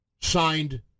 signed